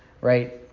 right